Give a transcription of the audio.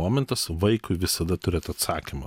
momentas vaikui visada turėt atsakymą